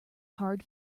hard